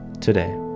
today